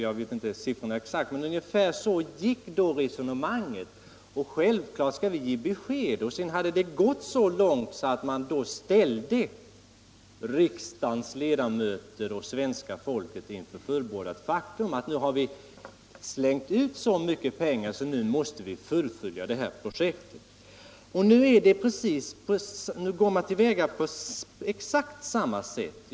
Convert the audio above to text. Jag känner inte till siffrorna exakt, men ungefär så gick resonemanget. Det är klart att vi skall ge besked, sade man också. Sedan hade det gått så långt att man ställde riksdagens ledamöter och svenska folket inför fullbordat faktum: Nu har vi slängt ut så mycket pengar att vi måste fullfölja det här projektet. Nu går man till väga på exakt samma sätt.